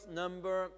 number